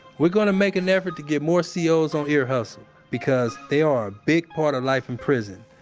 we're gonna make an effort to get more c o s on ear hustle because they are a big part of life in prison.